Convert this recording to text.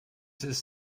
his